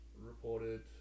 reported